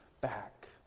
back